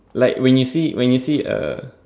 like when you see when you see a